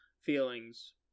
feelings